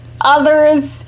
others